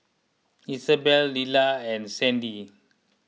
Isabell Lelah and Sandy